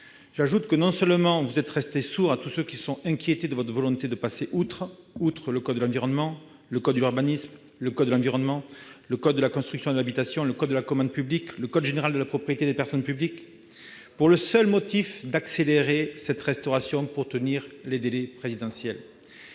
sourd aux interpellations de tous ceux qu'inquiète votre volonté de passer outre le code du patrimoine, le code de l'urbanisme, le code de l'environnement, le code de la construction et de l'habitation, le code de la commande publique, le code général de la propriété des personnes publiques, au seul motif d'accélérer la restauration pour tenir les délais présidentiels.